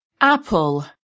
Apple